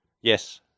Yes